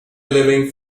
living